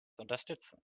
unterstützen